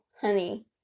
honey